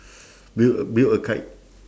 build a build a kite